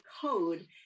code